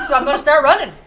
i'm going to start running!